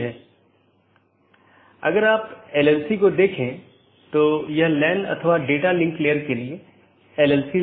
यदि हम अलग अलग कार्यात्मकताओं को देखें तो BGP कनेक्शन की शुरुआत और पुष्टि करना एक कार्यात्मकता है